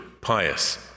pious